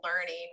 learning